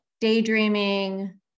daydreaming